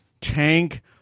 tank